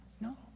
no